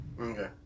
Okay